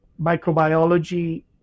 microbiology